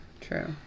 true